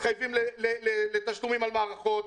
מתחייבים לתשלומים על מערכות,